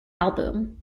album